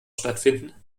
stattfinden